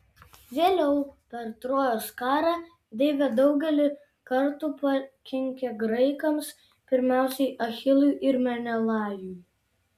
vėliau per trojos karą deivė daugelį kartų pakenkė graikams pirmiausiai achilui ir menelajui